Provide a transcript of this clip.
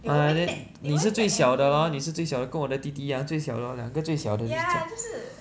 ah there 你是最小的 lor 你是最小的跟我的弟弟一样最小的 lor 两个最小的就是这样